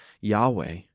Yahweh